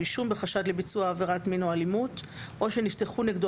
אישום בחשד לביצוע עבירת מין או אלימות או שנפתחו נגדו